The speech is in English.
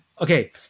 Okay